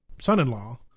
son-in-law